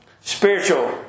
Spiritual